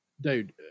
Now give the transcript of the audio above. dude